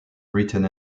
written